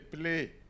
play